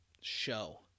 show